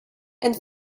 and